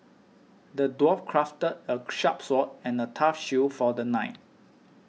the dwarf crafted a sharp sword and a tough shield for the knight